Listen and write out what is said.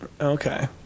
Okay